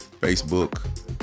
Facebook